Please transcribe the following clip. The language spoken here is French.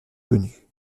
connue